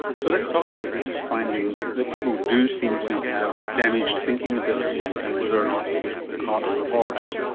so let's talk about this finding that people do seem to have damaged thinking ability and whether or not it's the cart or and the horse,